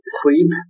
sleep